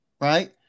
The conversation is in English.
right